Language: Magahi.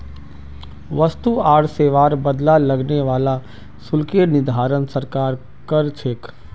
वस्तु आर सेवार बदला लगने वाला शुल्केर निर्धारण सरकार कर छेक